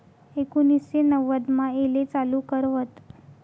एकोनिससे नव्वदमा येले चालू कर व्हत